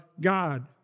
God